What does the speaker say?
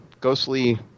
Ghostly